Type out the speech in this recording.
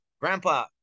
grandpa